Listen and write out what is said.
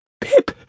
Pip